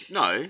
no